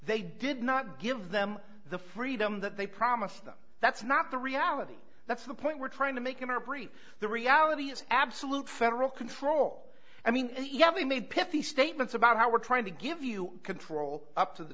they did not give them the freedom that they promised them that's not the reality that's the point we're trying to make in our brief the reality is absolute federal control i mean and yet we made pipi statements about how we're trying to give you control up to the